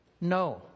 No